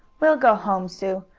we'll go home, sue.